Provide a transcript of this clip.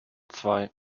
zwei